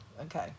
Okay